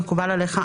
מקובל עליך,